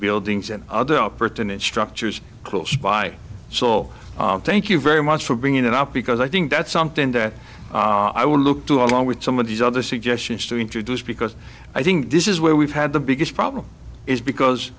buildings and other pertinent structures close by so thank you very much for bringing that up because i think that's something that i would look to along with some of these other suggestions to introduce because i think this is where we've had the biggest problem is because